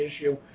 issue